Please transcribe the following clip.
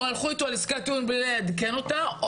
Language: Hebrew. או הלכו איתו לעסקת טיעון בלי לעדכן אותה.